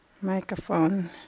microphone